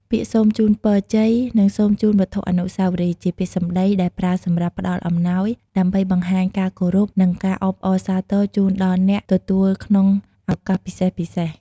ពាក្យ "សូមជូនពរជ័យ" និង "សូមជូនវត្ថុអនុស្សាវរីយ៍" ជាពាក្យសម្តីដែលប្រើសម្រាប់ផ្តល់អំណោយ ដើម្បីបង្ហាញការគោរព និងការអបអរសាទរជូនដល់អ្នកទទួលក្នុងឱកាសពិសេសៗ។